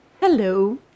Hello